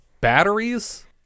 batteries